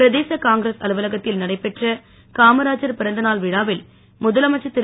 பிரதேச காங்கிரஸ் அலுவலகத்தில் நடைபெற்ற காமராஜர் பிறந்த நான் விழாவில் முதலமைச்சர் திரு